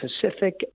Pacific